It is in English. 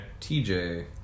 TJ